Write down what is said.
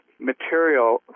material